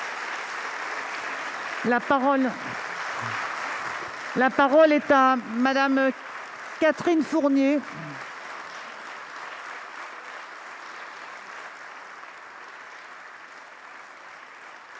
La parole est à Mme Catherine Fournier,